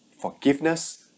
forgiveness